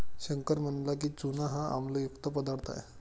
शंकर म्हणाला की, चूना हा आम्लयुक्त पदार्थ आहे